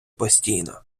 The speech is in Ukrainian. постійно